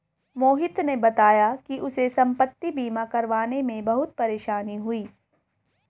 मोहित ने बताया कि उसे संपति बीमा करवाने में बहुत परेशानी हुई